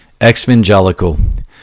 Exvangelical